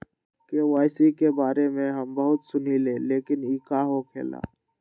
KYC के बारे में हम बहुत सुनीले लेकिन इ का होखेला?